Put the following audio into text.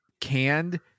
canned